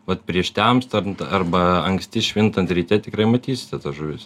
vat prieš temstant arba anksti švintant ryte tikrai matysite tas žuvis